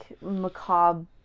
macabre